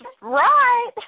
right